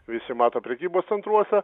visi mato prekybos centruose